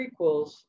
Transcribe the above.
prequels